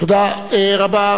תודה רבה.